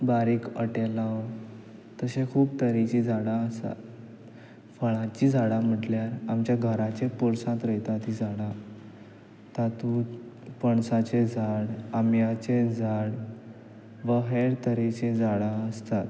बारीक हॉटेलांव तशें खूब तरेचीं झाडां आसा फळांचीं झाडां म्हटल्यार आमच्या घराच्या पोरसांत रोयतात तीं झाडां तातूंत पणसाचें झाड आंब्याचें झाड वा हेर तरेचीं झाडां आसतात